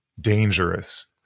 dangerous